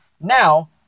Now